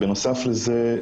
בנוסף לזה,